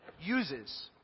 uses